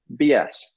BS